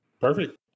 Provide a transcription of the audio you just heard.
Perfect